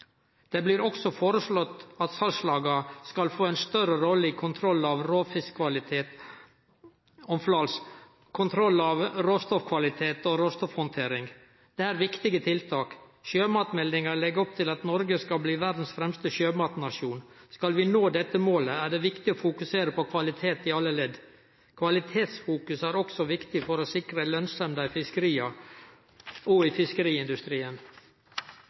Det blir også foreslått at salslaga skal få ei større rolle i kontroll av råstoffkvalitet og råstoffhandtering. Dette er viktige tiltak. Sjømatmeldinga legg opp til at Noreg skal bli verdas fremste sjømatnasjon. Skal vi nå dette målet, er det viktig å fokusere på kvalitet i alle ledd. Kvalitetsfokus er også viktig for å sikre lønsemda i fiskeria og i